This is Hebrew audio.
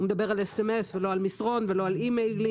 הוא מדבר על sms ולא על מסרון ולא על אימיילים,